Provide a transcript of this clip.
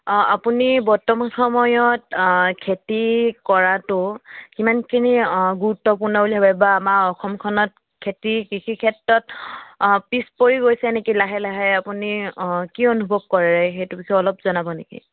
অঁ আপুনি বৰ্তমান সময়ত খেতি কৰাটো কিমানখিনি গুৰুত্বপূৰ্ণ বুলি ভাবে বা আমাৰ অসমখনত খেতি কৃষি ক্ষেত্ৰত পিছ পৰি গৈছে নেকি লাহে লাহে আপুনি অঁ কি অনুভৱ কৰে সেইটো বিষয়ে অলপ জনাব নেকি